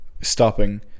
stopping